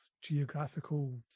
geographical